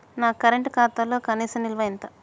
నా కరెంట్ ఖాతాలో కనీస నిల్వ ఎంత?